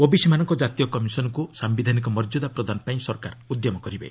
ଓବିସିମାନଙ୍କ ଜାତୀୟ କମିଶନ୍କୁ ସାୟିଧାନିକ ମର୍ଯ୍ୟାଦା ପ୍ରଦାନ ପାଇଁ ସରକାର ଉଦ୍ୟମ କରିବେ